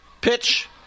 Pitch